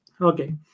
Okay